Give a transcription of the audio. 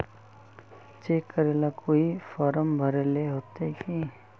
Cheque करेला कोई form भरेले होते की?